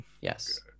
yes